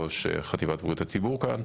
ראש חטיבת בריאות הציבור כאן.